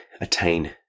attain